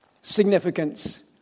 significance